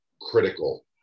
critical